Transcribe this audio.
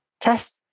test